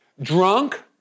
drunk